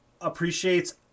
appreciates